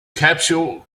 capsule